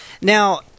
Now